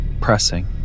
pressing